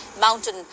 mountain